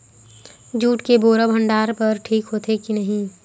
Jute के बोरा भंडारण बर ठीक होथे के नहीं?